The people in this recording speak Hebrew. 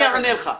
אני אענה לך.